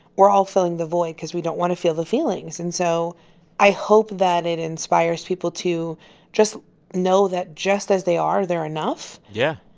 we're all filling the void because we don't want to feel the feelings. and so i hope that it inspires people to just know that, just as they are, they're enough. yeah.